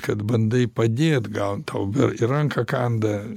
kad bandai padėt gal tau į ranką kanda